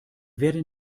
werden